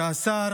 שהשר